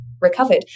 recovered